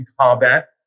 combat